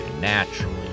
naturally